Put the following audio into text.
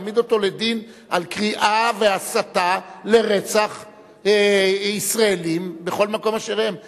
להעמיד אותו לדין על קריאה והסתה לרצח ישראלים בכל מקום שהם שם.